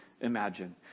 imagine